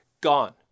gone